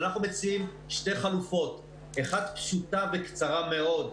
אנחנו מציעים שתי חלופות אחת פשוטה וקצרה מאוד,